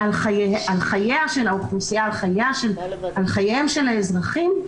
על חייה של האוכלוסייה על חייהם של האזרחים,